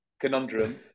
conundrum